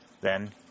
Then